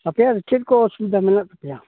ᱟᱯᱮᱭᱟᱜ ᱫᱚ ᱪᱮᱫ ᱠᱚ ᱚᱥᱩᱵᱤᱫᱟ ᱢᱮᱱᱟᱜ ᱛᱟᱯᱮᱭᱟ